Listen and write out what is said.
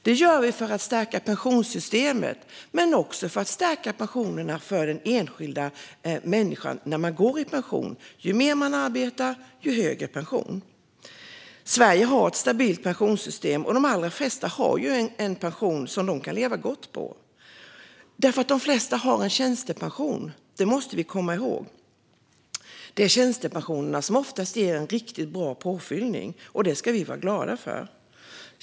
Det gör vi för att stärka pensionssystemet men också för att stärka pensionerna för enskilda människor när de går i pension. Ju mer man arbetar, desto högre pension. Sverige har ett stabilt pensionssystem, och de allra flesta har en pension som de kan leva gott på. Det är för att de flesta har tjänstepension; det måste vi komma ihåg. Det är tjänstepensionen som oftast ger en riktigt bra påfyllning, och det ska vi vara glada för.